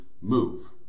move